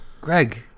Greg